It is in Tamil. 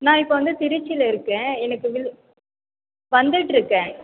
நான் இப்போது வந்து திருச்சியில் இருக்கேன் எனக்கு வந்துட்டுருக்கேன்